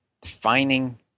defining